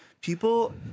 People